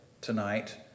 tonight